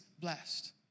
blessed